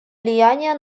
влияния